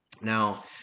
now